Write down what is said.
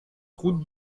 route